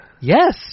yes